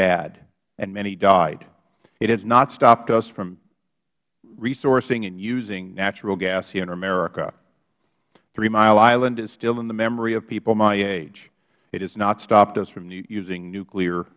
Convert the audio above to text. bad and many died it has not stopped us from resourcing and using natural gas in america three mile island is still in the memory of people my age it has not stopped us from using nuclear